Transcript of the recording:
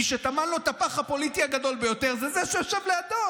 מי שטמן לו את הפח הפוליטי הגדול ביותר הוא זה שישב לידו,